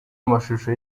amashusho